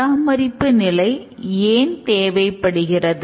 பராமரிப்பு நிலை ஏன் தேவைப்படுகிறது